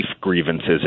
grievances